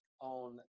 on